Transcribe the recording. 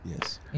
Yes